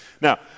Now